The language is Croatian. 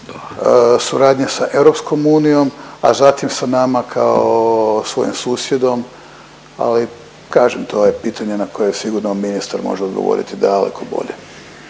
suradnje sa EU, a zatim sa nama kao svojim susjedom ali kažem to je pitanje na koje sigurno ministar može odgovoriti daleko bolje.